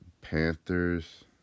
Panthers